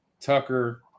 Tucker